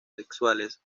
sexuales